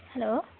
hello